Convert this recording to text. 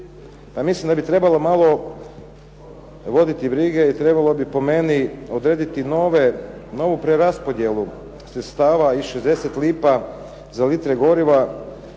mislim da bi trebalo malo voditi brige i trebalo bi po meni odrediti novu preraspodjelu sredstava iz 60 lipa za litru goriva,